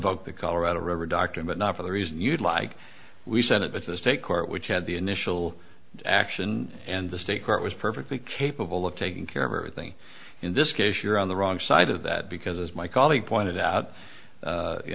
invoke the colorado river doctrine but not for the reason you'd like we said it but the state court which had the initial action and the state court was perfectly capable of taking care of everything in this case you're on the wrong side of that because as my colleague pointed out